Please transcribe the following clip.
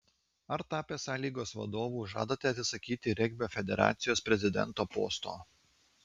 ar tapęs a lygos vadovu žadate atsisakyti regbio federacijos prezidento posto